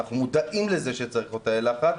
אנחנו מודעים לזה שצריך עוד תאי לחץ,